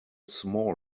small